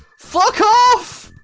fuck off!